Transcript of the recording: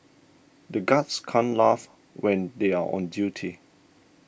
the guards can't laugh when they are on duty